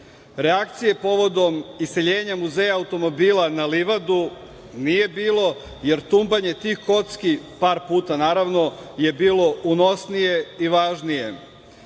povodom iseljenja muzeja automobila na livadu nije bilo, jer tumbanje tih kocki, par puta naravno, je bilo unosnije i važnije.